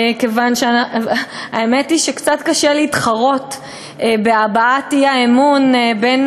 האמת היא שקצת קשה להתחרות בהבעת האי-אמון בין